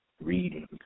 reading